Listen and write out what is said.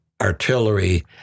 artillery